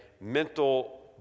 mental